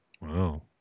Wow